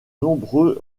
nombreux